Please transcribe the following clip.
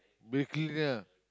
baking ah